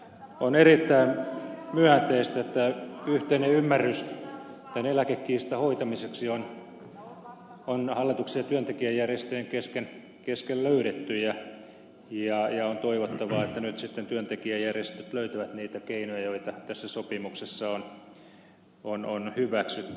on erittäin myönteistä että yhteinen ymmärrys tämän eläkekiistan hoitamiseksi on hallituksen ja työntekijäjärjestöjen kesken löydetty ja on toivottavaa että nyt sitten työntekijäjärjestöt löytävät niitä keinoja joita tässä sopimuksessa on hyväksytty